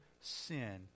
sin